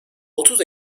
otuz